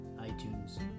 iTunes